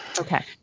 okay